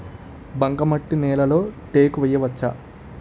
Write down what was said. బంకమట్టి నేలలో టేకు వేయవచ్చా?